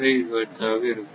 5 hertz ஆக இருக்கும்